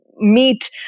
meet